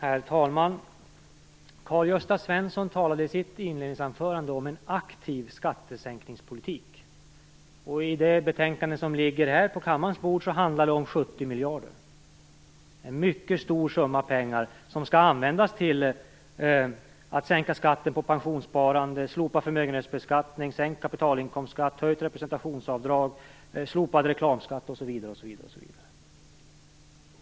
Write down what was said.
Herr talman! Karl-Gösta Svenson talade i sitt inledningsanförande om en aktiv skattesänkningspolitik. I det betänkande som ligger på riksdagens bord handlar det om 70 miljarder. Det är en mycket stor summa pengar som skall användas till att sänka skatten på pensionssparande, slopa förmögenhetsbeskattning, till sänkt kapitalinkomstskatt, höjt representationsavdrag, slopad reklamskatt osv.